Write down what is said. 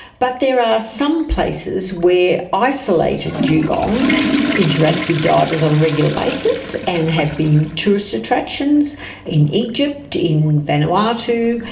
but there are some places where isolated dugongs interact with divers on a regular basis, and have been tourist attractions in egypt, in vanuatu.